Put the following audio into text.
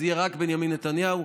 זה יהיה רק בנימין נתניהו.